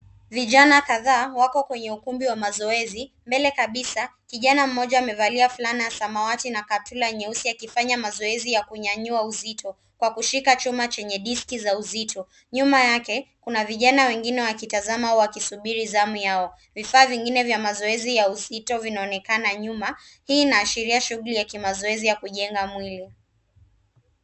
Vijana kadhaa wako kwenye ukumbi wa mazoezi mbee kabisa kijana mmoja amevalia fulana ya samawati na kaptura nyueusi akifanya mazoezi ya kunyanyua uzito kwa kushika chuma zenye diski za uzito. Nyuma yake kuna vijana wengine wakitazama wakisubiri zamu yao. Vifaa vingine vya mazoezi ya uzito vinaonekana nyuma. Hii inaashiria shughuli ya kimazoezi ya kujenga mwili.